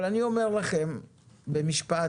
אני אומר לכם במשפט,